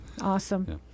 Awesome